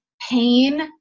pain